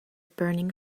burning